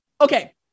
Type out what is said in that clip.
Okay